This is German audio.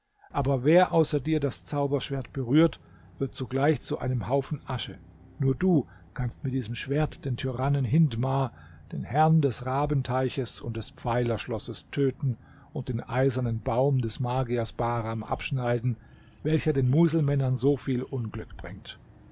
aber wer außer dir das zauberschwert berührt wird sogleich zu einem haufen asche nur du kannst mit diesem schwert den tyrannen hindmar den herrn des rabenteiches und des pfeilerschlosses töten und den eisernen baum des magiers bahram abschneiden welcher den muselmännern so viel unglück bringt